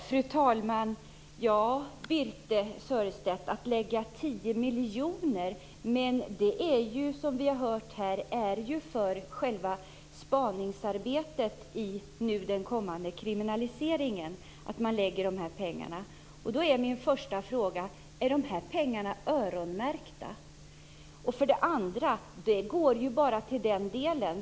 Fru talman! Ja, Birthe Sörestedt, ni lägger 10 miljoner. Men det är ju, som vi här har hört, för själva spaningsarbetet vad gäller den kommande kriminaliseringen som man lägger de här pengarna. Då är min första fråga: Är pengarna öronmärkta? Och för det andra: De går ju bara till den delen.